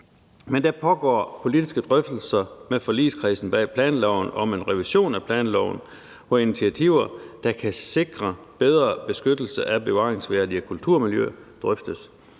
Men der pågår politiske drøftelser med forligskredsen bag planloven om en revision af planloven, hvor initiativer, der kan sikre bedre beskyttelse af bevaringsværdige kulturmiljøer, drøftes.